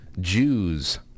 Jews